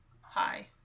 hi